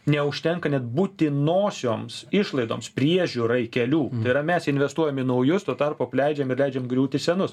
neužtenka net būtinosioms išlaidoms priežiūrai kelių tai yra mes investuojam į nauju tuo tarpu apleidžiam leidžiam griūti senus